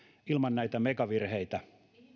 ilman näitä megavirheitä